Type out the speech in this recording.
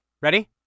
Ready